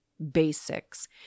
basics